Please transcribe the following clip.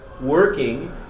Working